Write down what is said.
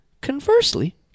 conversely